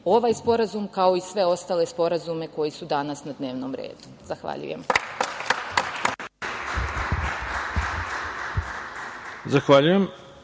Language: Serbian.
ovaj sporazum, kao i sve ostale sporazume koji su danas na dnevnom redu. Zahvaljujem.